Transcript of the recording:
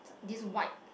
this white